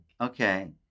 Okay